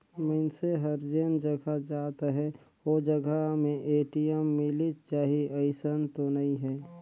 मइनसे हर जेन जघा जात अहे ओ जघा में ए.टी.एम मिलिच जाही अइसन तो नइ हे